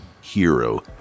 Hero